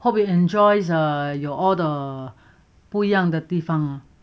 hope you enjoy err err all the 不一样的地方